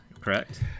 Correct